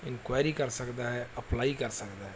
inquiry ਕਰ ਸਕਦਾ ਹੈ ਅਪਲਾਈ ਕਰ ਸਕਦਾ ਹੈ